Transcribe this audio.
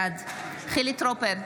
בעד חילי טרופר,